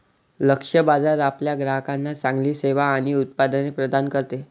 लक्ष्य बाजार आपल्या ग्राहकांना चांगली सेवा आणि उत्पादने प्रदान करते